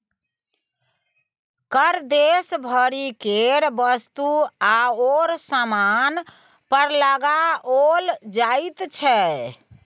कर देश भरि केर वस्तु आओर सामान पर लगाओल जाइत छै